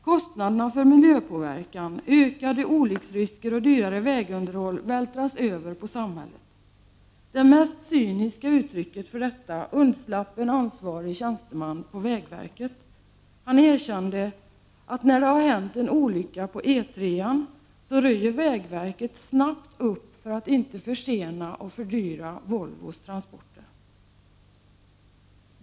Kostnaderna för miljöpåverkan, ökade olycksrisker och dyrare vägunderhåll vältras över på samhället. Det mest cyniska uttrycket för detta undslapp en ansvarig tjänsteman på vägverket som erkände, att när det har hänt en olycka på E 3 röjer vägverket snabbt upp för att inte försena och fördyra Volvos transporter.